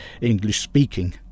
English-speaking